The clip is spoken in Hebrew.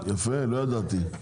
יפה, לא ידעתי.